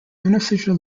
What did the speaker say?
unofficial